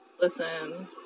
Listen